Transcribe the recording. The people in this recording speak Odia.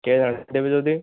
କିଏ ଜାଣେ ଦେବେ ଯଦି